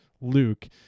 Luke